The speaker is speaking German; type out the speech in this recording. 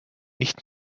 nicht